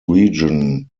region